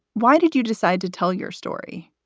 why did you decide to tell your story?